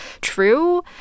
true